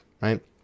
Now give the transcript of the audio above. right